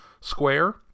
square